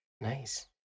Nice